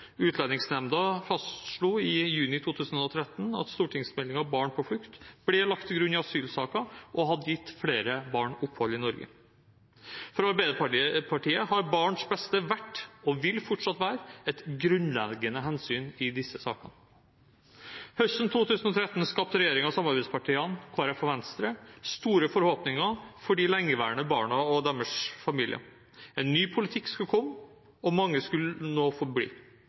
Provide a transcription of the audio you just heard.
Utlendingsnemnda fastslo i juni 2013 at stortingsmeldingen Barn på flukt ble lagt til grunn i asylsaker og hadde gitt flere barn opphold i Norge. For Arbeiderpartiet har barns beste vært og vil fortsatt være et grunnleggende hensyn i disse sakene. Høsten 2013 skapte regjeringen og samarbeidspartiene – Kristelig Folkeparti og Venstre – store forhåpninger for de lengeværende barna og deres familier. En ny politikk skulle komme, og mange skulle nå